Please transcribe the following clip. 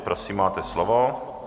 Prosím máte slovo.